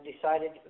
decided